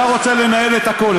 אתה רוצה לנהל את הכול,